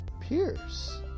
Pierce